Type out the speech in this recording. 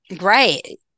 Right